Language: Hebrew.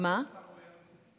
מה סגן השר אומר?